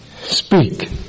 Speak